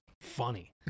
funny